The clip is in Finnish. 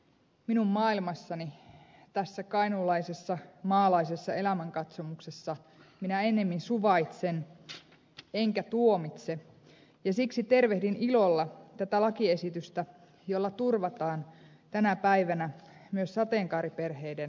minun maailmassani tässä kainuulaisessa maalaisessa elämänkatsomuksessa minä ennemmin suvaitsen enkä tuomitse ja siksi tervehdin ilolla tätä lakiesitystä jolla turvataan tänä päivänä myös sateenkaariperheiden lasten oikeudet